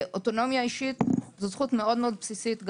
אוטונומיה אישית זו זכות מאוד בסיסית.